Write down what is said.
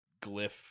glyph